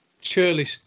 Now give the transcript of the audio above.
surely